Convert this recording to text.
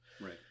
right